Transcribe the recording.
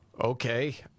Okay